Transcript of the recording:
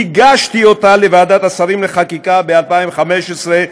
הגשתי אותה לוועדת השרים לחקיקה ב-2015,